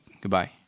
Goodbye